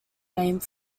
named